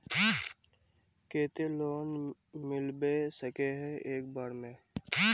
केते लोन मिलबे सके है एक बार में?